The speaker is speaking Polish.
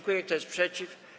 Kto jest przeciw?